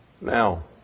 Now